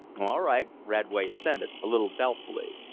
all right, radway assented, a little doubtfully.